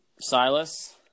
Silas